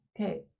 Okay